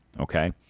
Okay